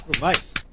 Nice